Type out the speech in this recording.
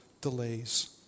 delays